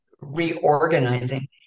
reorganizing